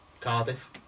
Cardiff